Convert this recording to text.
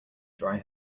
dry